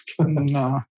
No